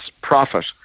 profit